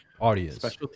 audience